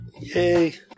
Yay